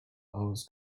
hours